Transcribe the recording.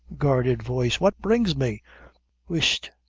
guarded voice what brings me whisht,